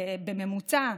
בממוצע,